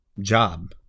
job